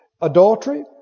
adultery